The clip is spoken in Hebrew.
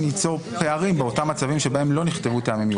ייצור פערים באותם מצבים בהם לא נכתבו טעמים מיוחדים.